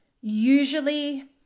usually